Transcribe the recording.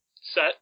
set